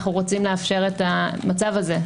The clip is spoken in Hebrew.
אנחנו רוצים לאפשר את המצב הזה.